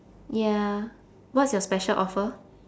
ya what's your special offer